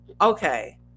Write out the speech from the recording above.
okay